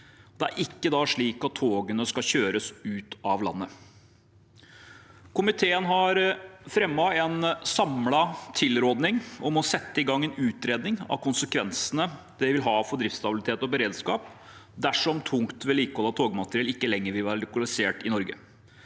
Det er ikke slik at togene skal kjøres ut av landet. Komiteen har fremmet en samlet tilrådning om å sette i gang en utredning av konsekvensene det vil ha for driftsstabilitet og beredskap dersom tungt vedlikehold av togmateriell ikke lenger vil være lokalisert i Norge.